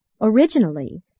Originally